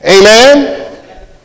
Amen